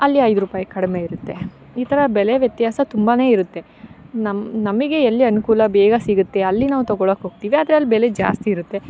ಅಲ್ಲಿ ಐದು ರೂಪಾಯಿ ಕಡಿಮೆ ಇರುತ್ತೆ ಈ ಥರ ಬೆಲೆ ವ್ಯತ್ಯಾಸ ತುಂಬಾ ಇರುತ್ತೆ ನಮ್ಮ ನಮಗೆ ಎಲ್ಲಿ ಅನುಕೂಲ ಬೇಗ ಸಿಗುತ್ತೆ ಅಲ್ಲಿ ನಾವು ತಗೊಳ್ಳೋಕ್ಕೆ ಹೋಗ್ತೀವಿ ಆದರೆ ಅಲ್ಲಿ ಬೆಲೆ ಜಾಸ್ತಿ ಇರುತ್ತೆ